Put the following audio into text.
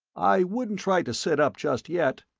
i wouldn't try to sit up just yet,